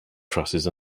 trusses